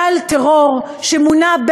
גל טרור שמונע,